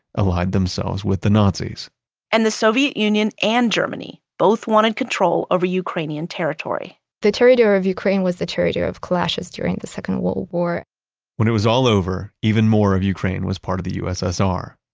allied themselves with the nazis and the soviet union and germany both wanted control over ukrainian territory the territory of ukraine was the territory of clashes during the second world war when it was all over, even more of ukraine was part of the ussr.